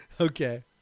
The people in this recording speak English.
Okay